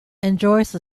enjoys